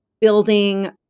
building